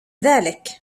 ذلك